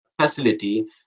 facility